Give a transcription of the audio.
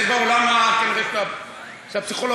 זה בעולם כנראה של הפסיכולוגיה.